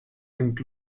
sind